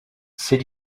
ces